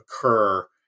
occur